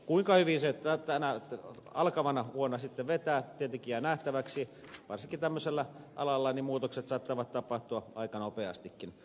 kuinka hyvin se alkavana vuonna sitten vetää tietenkin jää nähtäväksi varsinkin tämmöisellä alalla muutokset saattavat tapahtua aika nopeastikin